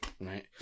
Right